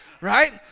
Right